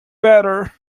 better